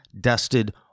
dusted